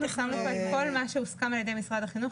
כל מה שהוסכם על ידי משרד החינוך,